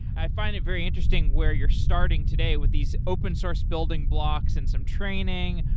i find it very interesting where you're starting today with these open source building blocks and some training.